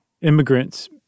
immigrants